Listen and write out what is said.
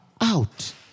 out